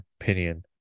opinion